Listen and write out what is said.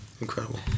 Incredible